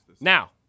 Now